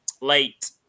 late